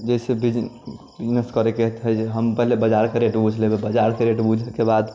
जैसे बिजनेस करेके हय तऽ हम पहिने बजारके रेट बूझ लेबै बजारके रेट बूझेके बाद